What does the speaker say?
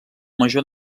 major